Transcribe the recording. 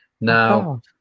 now